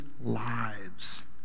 lives